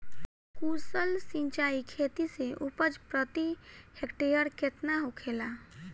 कुशल सिंचाई खेती से उपज प्रति हेक्टेयर केतना होखेला?